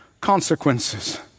consequences